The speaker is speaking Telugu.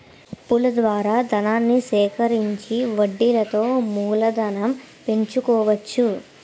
అప్పుల ద్వారా ధనాన్ని సేకరించి వడ్డీలతో మూలధనం పెంచుకోవచ్చు